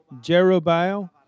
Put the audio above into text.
Jeroboam